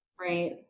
Right